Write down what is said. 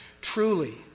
Truly